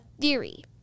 theory